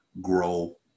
grow